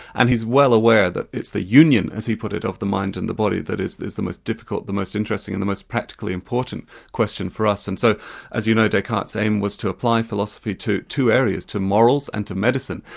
and he's well aware that it's the union, as he put it, of the mind and the body that is is the most difficult, the most interesting and the most practically important question for us. and so as you know, descartes' aim was to apply philosophy to two areas to morals and to medicine.